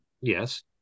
yes